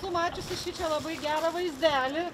esu mačiusi šičia labai gerą vaizdelį